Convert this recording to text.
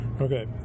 Okay